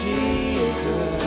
Jesus